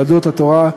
יהדות התורה,